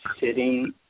sitting